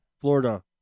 Florida